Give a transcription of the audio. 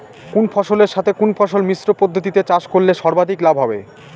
কোন ফসলের সাথে কোন ফসল মিশ্র পদ্ধতিতে চাষ করলে সর্বাধিক লাভ হবে?